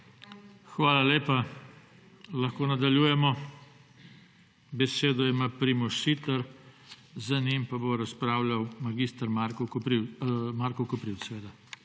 Hvala lepa. Lahko nadaljujemo? Besedo ima Primož Siter, za njim bo razpravljal mag. Marko Koprivc.